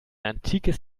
antikes